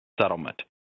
settlement